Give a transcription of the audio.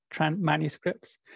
manuscripts